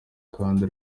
kandi